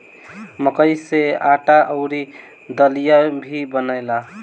मकई से आटा अउरी दलिया भी बनेला